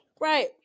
Right